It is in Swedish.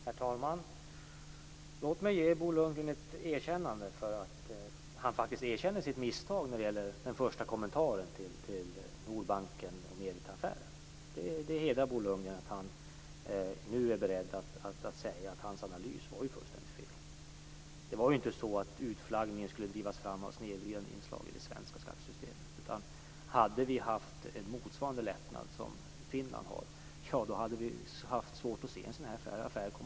Herr talman! Låt mig ge Bo Lundgren ett erkännande för att han faktiskt erkänner sitt misstag när det gäller den första kommentaren till Nordbanken och Meritaaffären. Det hedrar Bo Lundgren att han nu är beredd att säga att hans analys var fullständigt fel. Utflaggningen drevs inte fram av snedvridande inslag i det svenska skattesystemet. Hade vi haft en lättnad motsvarande Finlands hade det varit svårt att se en sådan här affär komma till stånd.